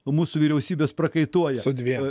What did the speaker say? o mūsų vyriausybės prakaituoja su dviem